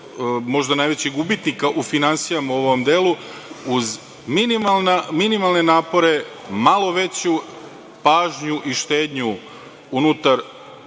možda najvećih gubitnika u finansijama u ovom delu, uz minimalne napore, malo veću pažnju i štednju unutar